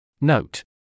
Note